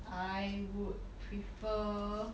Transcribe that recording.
I would prefer